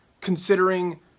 considering